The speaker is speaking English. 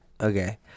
Okay